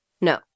No